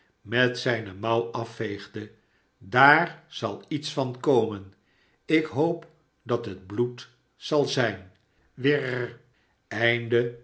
met zijne mouw afveegde daar zal iets van komen ik hoop dat het bloed zal zijn